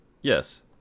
yes